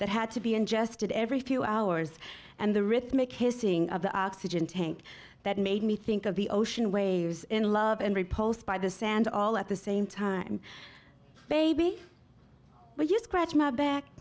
that had to be ingested every few hours and the rhythmic hissing of the oxygen tank that made me think of the ocean waves in love and repulsed by the sand all at the same time baby but you scratch my back